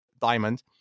diamond